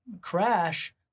crash